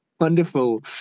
wonderful